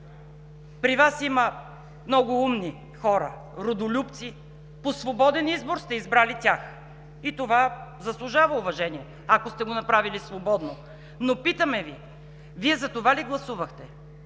партии, има много умни хора, родолюбци, по свободен избор сте избрали тях и това заслужава уважение, ако сте го направили свободно. Но питаме Ви: Вие за това ли гласувахте?